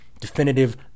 definitive